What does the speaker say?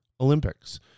Olympics